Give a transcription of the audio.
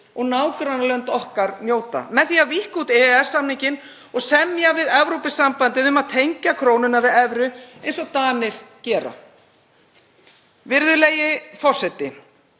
og nágrannalönd okkar njóta, með því að víkka út EES-samninginn og semja við Evrópusambandið um að tengja krónuna við evru, eins og Danir gera. Virðulegi forseti.